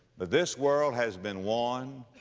but this world has been warned.